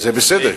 זה בסדר,